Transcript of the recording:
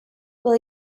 will